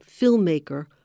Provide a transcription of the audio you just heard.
filmmaker